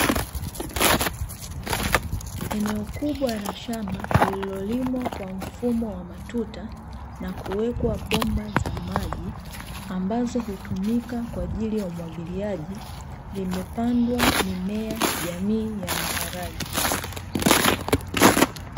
Eneo kubwa la shamba lililolimwa kwa mfumo wa matuta na kuwekwa bomba za maji, ambazo hutumika kwa ajili ya umwagiliaji, limepandwa mimea jamii ya maharage.